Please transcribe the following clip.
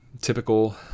typical